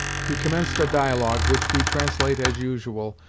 he commenced a dialogue, which we translate as usual,